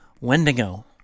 Wendigo